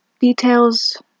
Details